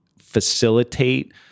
facilitate